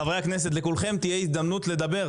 חברי הכנסת, לכולכם תהיה הזדמנות לדבר.